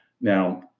now